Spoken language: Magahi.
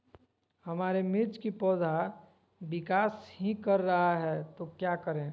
हमारे मिर्च कि पौधा विकास ही कर रहा है तो क्या करे?